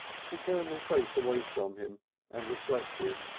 she turned her face away from him and reflected.